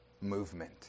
movement